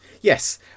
yes